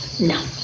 No